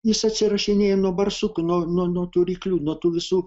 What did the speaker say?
jis atsirašinėja nuo barsukų nuo nuo tų ryklių nuo tų visų